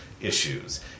issues